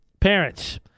Parents